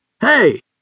Hey